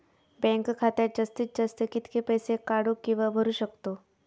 Bank खात्यात जास्तीत जास्त कितके पैसे काढू किव्हा भरू शकतो?